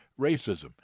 racism